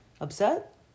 upset